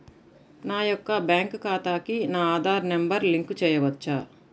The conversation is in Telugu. నా యొక్క బ్యాంక్ ఖాతాకి నా ఆధార్ నంబర్ లింక్ చేయవచ్చా?